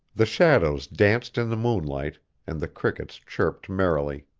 the shadows danced in the moonlight and the crickets chirped merrily.